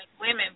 women